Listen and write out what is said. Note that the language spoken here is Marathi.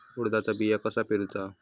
उडदाचा बिया कसा पेरूचा?